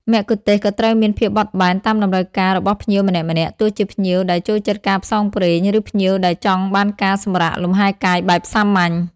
មគ្គុទ្ទេសក៍ត្រូវមានភាពបត់បែនតាមតម្រូវការរបស់ភ្ញៀវម្នាក់ៗ ទោះជាភ្ញៀវដែលចូលចិត្តការផ្សងព្រេង ឬភ្ញៀវដែលចង់បានការសម្រាកលម្ហែកាយបែបសាមញ្ញ។